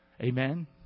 Amen